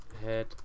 Head